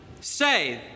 say